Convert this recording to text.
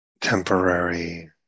temporary